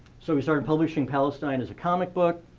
so we started publishing palestine as a comic book,